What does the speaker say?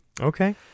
Okay